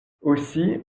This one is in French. aussi